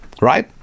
right